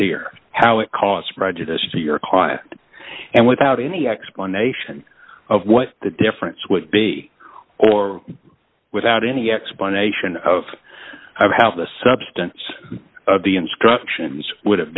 here how it caused prejudice to your client and without any explanation of what the difference would be or without any explanation of how the substance of the instructions would have